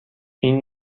این